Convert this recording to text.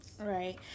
right